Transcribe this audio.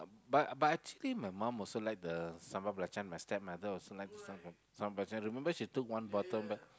but but actually my mom also like the sambal belacan my stepmother also like the sambal sambal belacan remember she took one bottle back